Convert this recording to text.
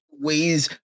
Ways